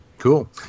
Cool